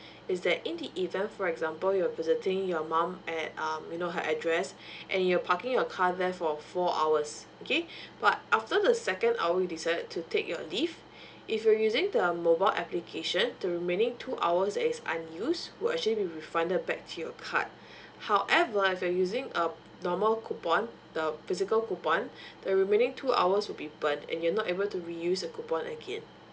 is that in the event for example you're visiting your mum at um you know her address and you're parking your car there for four hours okay but after the second hour you decided to take your leave if you're using the mobile application the remaining two hours that is unused would actually be refunded back to your card however if you're using a normal coupon the physical coupon the remaining two hours would be burnt and you're not able to reuse the coupon again